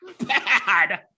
bad